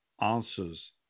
answers